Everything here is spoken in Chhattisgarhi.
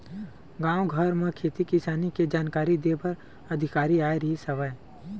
गाँव घर म खेती किसानी के जानकारी दे बर अधिकारी आए रिहिस हवय